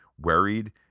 worried